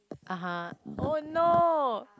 (uh huh) oh no